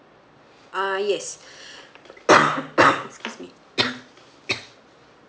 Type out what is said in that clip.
uh yes excuse me